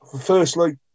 firstly